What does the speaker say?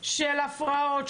של הפרעות,